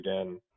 again